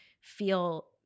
feel